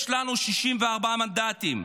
יש לנו 64 מנדטים.